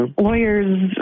Lawyers